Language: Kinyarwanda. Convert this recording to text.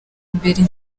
imbere